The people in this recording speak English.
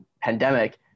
pandemic